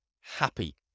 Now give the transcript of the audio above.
Happy